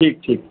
ठीक ठीक